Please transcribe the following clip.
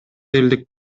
элдик